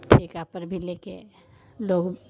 ठेके पर भी लेकर लोग